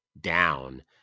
down